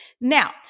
Now